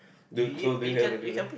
the totally have anywhere